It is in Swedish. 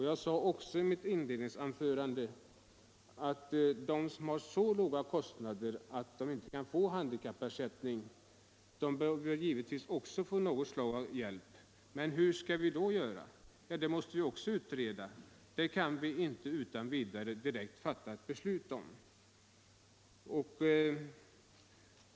Jag sade redan i mitt inledningsanförande att de som har så låga kostnader att de inte kan få handikappersättning givetvis också bör få något slag av hjälp. Men hur skall vi då göra? Ja, det måste vi också utreda — det kan vi inte fatta ett beslut om utan vidare.